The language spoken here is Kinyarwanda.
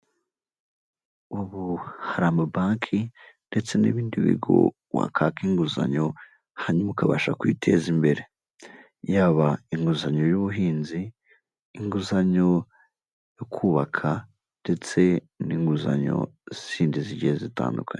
Ubu hari amabanki ndetse n'ibindi bigo wakaka inguzanyo hanyuma ukabasha kwiteza imbere yaba inguzanyo y'ubuhinzi, inguzanyo yo kubaka ndetse n'inguzanyo zindi zigiye zitandukanye.